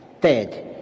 Third